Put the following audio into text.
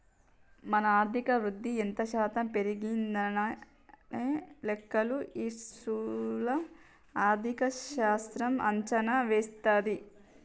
మన ఆర్థిక వృద్ధి ఎంత శాతం పెరిగిందనే లెక్కలు ఈ స్థూల ఆర్థిక శాస్త్రం అంచనా వేస్తది